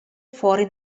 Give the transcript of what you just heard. fuori